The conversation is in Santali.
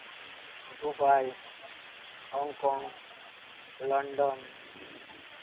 Dubai Hong Kong London